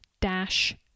dash